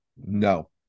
No